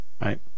Right